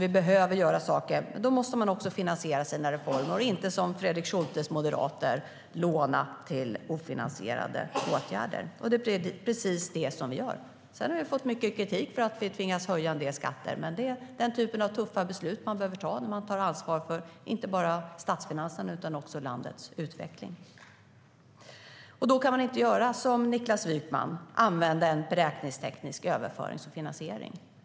Vi behöver alltså göra saker, och vi behöver också finansiera våra reformer. Det är precis detta vi gör. Man kan inte göra som Fredrik Schultes moderater och låna till ofinansierade åtgärder. Sedan har vi fått mycket kritik för att vi tvingas höja en del skatter, men den typen av tuffa beslut behöver man ta när man tar ansvar inte bara för statsfinanserna utan också för landets utveckling. Man kan inte göra som Niklas Wykman och använda en beräkningsteknisk överföring som finansiering.